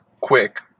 quick